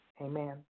Amen